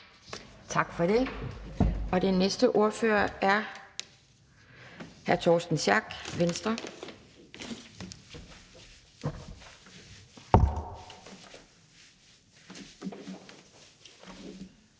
Tak for det. Den næste ordfører er hr. Torsten Schack Pedersen,